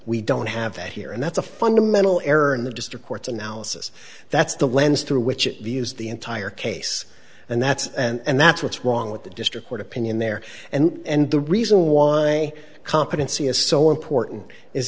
we don't have that here and that's a fundamental error in the district court's analysis that's the lens through which it views the entire case and that's and that's what's wrong with the district court opinion there and and the reason why competency is so important